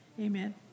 Amen